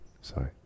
sorry